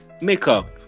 Makeup